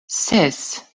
ses